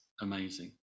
amazing